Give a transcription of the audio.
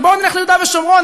ובואו נלך ליהודה ושומרון.